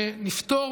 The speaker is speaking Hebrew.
ונפתור,